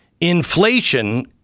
inflation